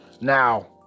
Now